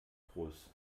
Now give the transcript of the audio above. groß